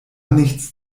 nichts